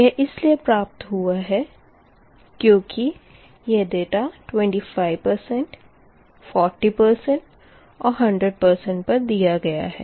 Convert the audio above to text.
यह इसलिए प्राप्त हुआ है क्यूँकि यह डेटा 25 40 and 100 पर दिया गया है